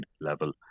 level